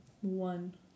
One